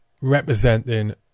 representing